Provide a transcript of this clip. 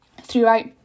throughout